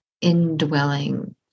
indwelling